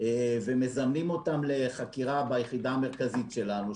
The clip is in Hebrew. ומזמנים אותם לחקירה ביחידה המרכזית שלנו,